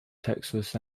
texas